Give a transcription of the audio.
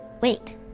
Wait